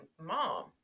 mom